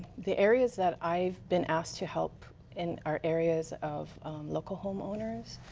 the areas that i've been asked to help and are areas of local homeowners.